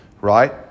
right